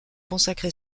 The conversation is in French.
consacré